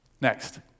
Next